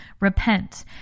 Repent